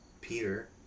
Peter